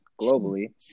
globally